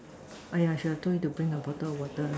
oh should have told you to bring the bottle of water